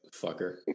fucker